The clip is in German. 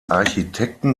architekten